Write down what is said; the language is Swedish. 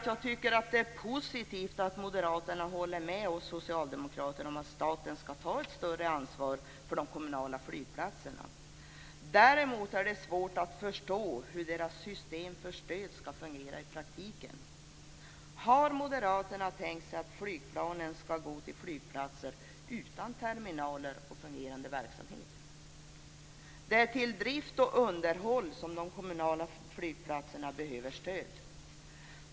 Jag tycker det är positivt att moderaterna håller med oss socialdemokrater om att staten skall ta ett större ansvar för de kommunala flygplatserna. Däremot är det svårt att förstå hur deras system för stöd skall fungera i praktiken. Har moderaterna tänkt sig att flygplanen skall gå till flygplatser utan terminaler och fungerande verksamhet? Det är till drift och underhåll som de kommunala flygplatserna behöver stöd.